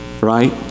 right